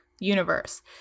universe